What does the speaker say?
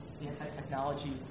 anti-technology